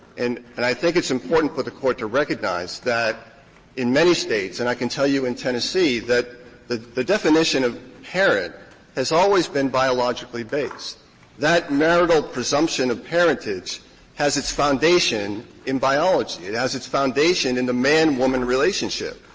and and i think it's important for the court to recognize that in many states and i can tell you in tennessee that the the definition of parent has always been biologically-based. that marital presumption of parentage has its foundation in biology. it has its foundation in the man-woman relationship.